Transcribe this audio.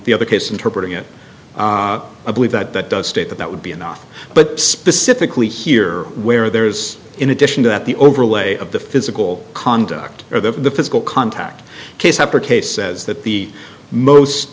the other case interpret it i believe that that does state that that would be enough but specifically here where there's in addition to that the overlay of the physical conduct or the physical contact case upper case says that the most